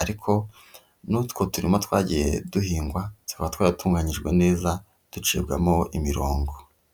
ariko n'utwo turima twagiye duhingwa tuba twaratunganyijwe neza ducibwamo imirongo.